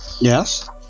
Yes